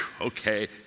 Okay